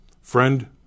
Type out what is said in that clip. friend